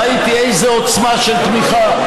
ראיתי איזו עוצמה של תמיכה,